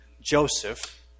Joseph